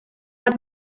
sap